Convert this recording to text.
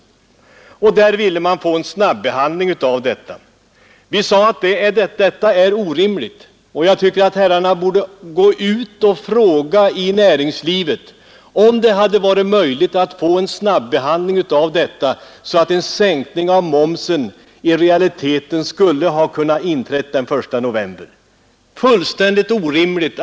De borgerliga motionärerna ville få en snabbehandling av motionerna, och vi sade att detta var orimligt. Herrarna borde gå ut och fråga i näringslivet om det hade varit möjligt att få en snabbehandling så att en sänkning av momsen i realiteten skulle ha kunnat inträda den 1 november. Det var fullständigt orimligt.